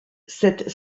cette